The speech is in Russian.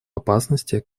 опасности